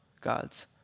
God's